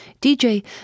DJ